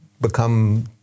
become